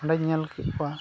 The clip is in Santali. ᱚᱸᱰᱮᱧ ᱧᱮᱞ ᱠᱮᱫ ᱠᱚᱣᱟ